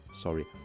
Sorry